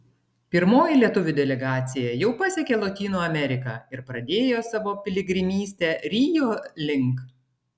pirmoji lietuvių delegacija jau pasiekė lotynų ameriką ir pradėjo savo piligrimystę rio link